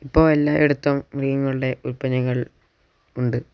ഇപ്പോൾ എല്ലായിടത്തും മീനുകളുടെ ഉൽപ്പന്നങ്ങൾ ഉണ്ട്